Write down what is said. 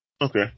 Okay